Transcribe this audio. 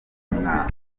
mwana